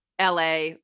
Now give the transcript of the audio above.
la